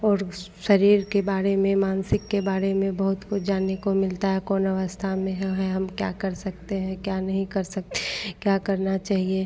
और शरीर के बारे में मानसिक के बारे में बहुत कुछ जानने को मिलता है कौन अवस्था में हाँ हम हैं हम क्या कर सकते हैं क्या नहीं कर सकते हैं क्या करना चहिए